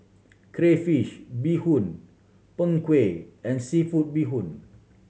crayfish beehoon Png Kueh and seafood bee hoon